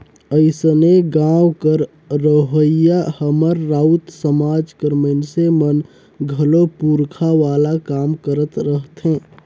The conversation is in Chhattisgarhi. अइसने गाँव कर रहोइया हमर राउत समाज कर मइनसे मन घलो पूरखा वाला काम करत रहथें